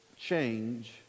change